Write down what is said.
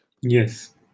Yes